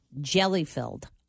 jelly-filled